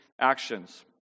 actions